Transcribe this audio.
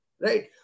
right